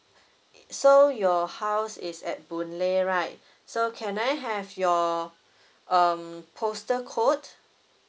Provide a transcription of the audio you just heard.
so your house is at boon lay right so can I have your um postal code